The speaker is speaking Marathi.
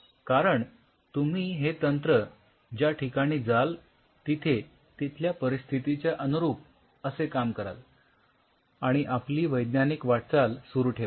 कारण तुम्ही हे तंत्र ज्या ठिकाणी जाल तिथे तिथल्या परिस्थितीच्या अनुरूप असे काम कराल आणि आपली वैज्ञानिक वाटचाल सुरु ठेवाल